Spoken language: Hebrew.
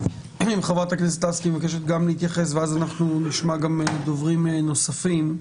חברת הכנסת לסקי מבקשת גם להתייחס ואז נשמע דוברים נוספים.